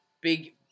Big